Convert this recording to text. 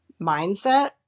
mindset